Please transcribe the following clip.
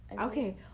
Okay